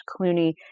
Clooney